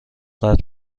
قطع